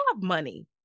money